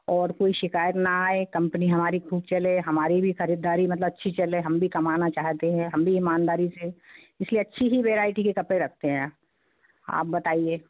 और कोई शिकायत ना आए कंपनी हमारी ख़ूब चले हमारी भी ख़रीदारी मतलब अच्छी चले हम भी कमाना चाहते हैं हम भी ईमानदारी से इस लिए अच्छी ही वेराइटी के कपड़े रखते हैं आप बताइए